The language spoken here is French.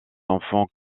enfants